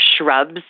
shrubs